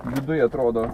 viduj atrodo